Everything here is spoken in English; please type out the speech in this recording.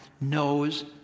knows